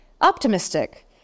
optimistic